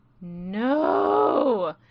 no